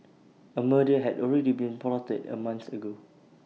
A murder had already been plotted A month ago